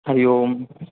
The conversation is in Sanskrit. हरिः ओम्